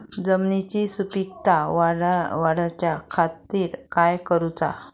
जमिनीची सुपीकता वाढवच्या खातीर काय करूचा?